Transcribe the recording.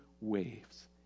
waves